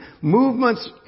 movements